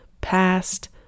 past